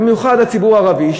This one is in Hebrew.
במיוחד הציבור הערבי,